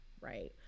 right